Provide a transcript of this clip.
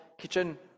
Kitchen